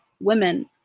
women